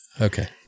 Okay